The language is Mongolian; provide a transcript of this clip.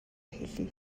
хэлье